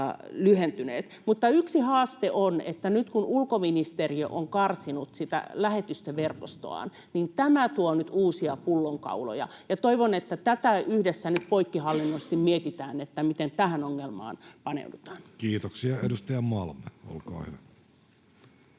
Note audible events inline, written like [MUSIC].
Mutta yksi haaste on, että nyt kun ulkoministeriö on karsinut lähetystöverkostoaan, tämä tuo uusia pullonkauloja. [NOISE] Toivon, että yhdessä nyt poikkihallinnollisesti mietitään, miten tähän ongelmaan paneudutaan. Kiitoksia. — Edustaja Malm, olkaa hyvä.